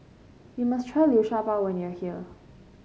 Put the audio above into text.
you must try Liu Sha Bao when you are here